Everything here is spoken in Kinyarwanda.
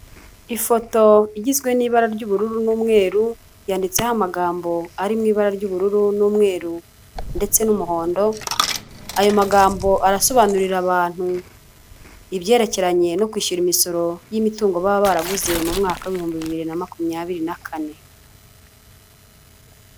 ifoto igizwe nibara ry'ubururu n'umweru yanditseho amagambo ari mw' ibara ryubururu numweru ndetse numuhondo ayo magambo arasobanurira abantu ibyerekeranye no kwishyura imisoro y'imitungo baba baraguze mu mwaka w' ibihumbi bibiri na makumyabiri na kane.